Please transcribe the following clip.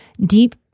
deep